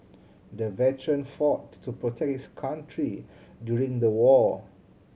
the veteran fought to protect his country during the war